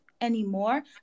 anymore